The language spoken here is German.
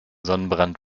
sonnenbrand